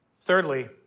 Thirdly